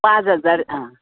पांच हजार